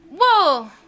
Whoa